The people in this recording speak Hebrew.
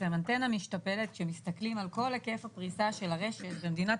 אנטנה משתפלת כשמסתכלים על כל היקף הפריסה של הרשת במדינת